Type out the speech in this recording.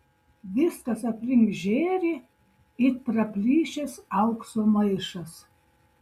viskas aplink žėri it praplyšęs aukso maišas